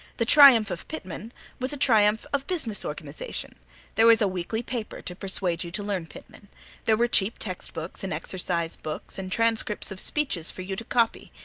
the triumph of pitman was a triumph of business organization there was a weekly paper to persuade you to learn pitman there were cheap textbooks and exercise books and transcripts of speeches for you to copy,